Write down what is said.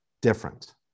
different